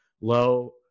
low